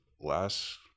last